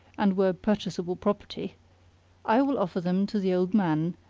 and were purchasable property i will offer them to the old man,